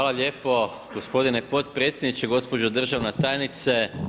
Hvala lijepo gospodine potpredsjedniče, gospođo državna tajnice.